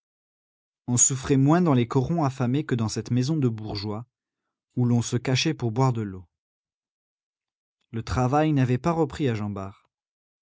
on souffrait moins dans les corons affamés que dans cette maison de bourgeois où l'on se cachait pour boire de l'eau le travail n'avait pas repris à jean bart